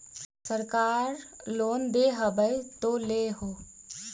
सरकार लोन दे हबै तो ले हो?